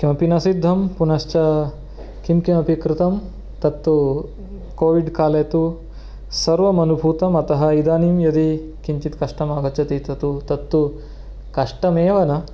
किमपि न सिद्धं पुनश्च किं किमपि कृतं तत्तु कोविड् काले तु सर्वमनुभूतम् अतः इदानीं यदि किञ्चित् कष्टमागच्छति तत् तत्तु कष्टमेव न